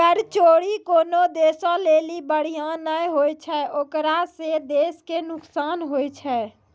कर चोरी कोनो देशो लेली बढ़िया नै होय छै ओकरा से देशो के नुकसान होय छै